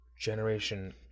generation